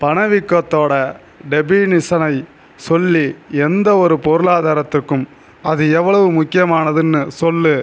பணவீக்கத்தோட டெபினிஷனை சொல்லி எந்தவொரு பொருளாதாரத்துக்கும் அது எவ்வளவு முக்கியமானதுன்னு சொல்